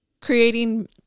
creating